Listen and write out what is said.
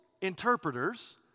interpreters